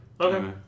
Okay